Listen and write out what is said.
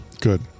good